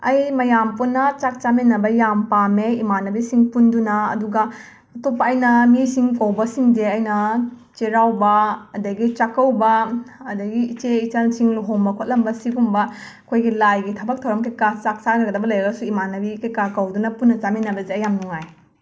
ꯑꯩ ꯃꯌꯥꯝ ꯄꯨꯟꯅ ꯆꯥꯛ ꯆꯥꯃꯤꯟꯅꯕ ꯌꯥꯝꯅ ꯄꯥꯝꯃꯦ ꯏꯃꯥꯟꯅꯕꯤꯁꯤꯡ ꯄꯨꯟꯗꯨꯅ ꯑꯗꯨꯒ ꯑꯇꯣꯞꯄ ꯑꯩꯅ ꯃꯤꯁꯤꯡ ꯀꯧꯕꯁꯤꯡꯁꯦ ꯑꯩꯅ ꯆꯩꯔꯥꯎꯕ ꯑꯗꯒꯤ ꯆꯥꯛꯀꯧꯕ ꯑꯗꯒꯤ ꯏꯆꯦ ꯏꯆꯟꯁꯤꯡ ꯂꯨꯍꯣꯡꯕ ꯈꯣꯠꯂꯝꯕ ꯁꯤꯒꯨꯝꯕ ꯑꯩꯈꯣꯏꯒꯤ ꯂꯥꯏꯒꯤ ꯊꯕꯛ ꯊꯧꯔꯝ ꯀꯩ ꯀꯥ ꯆꯥꯛ ꯆꯥꯅꯒꯗꯕ ꯂꯩꯔꯒꯁꯨ ꯏꯃꯥꯟꯅꯕꯤ ꯀꯩ ꯀꯥ ꯀꯧꯗꯨꯅ ꯄꯨꯟꯅ ꯆꯥꯃꯤꯟꯅꯕꯁꯦ ꯑꯩ ꯌꯥꯝꯅ ꯅꯨꯡꯉꯥꯏ